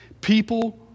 people